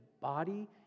body